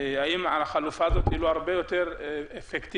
האם החלופה הזאת היא לא הרבה יותר אפקטיבית